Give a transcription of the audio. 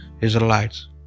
Israelites